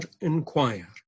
inquire